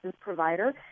provider